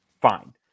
Fine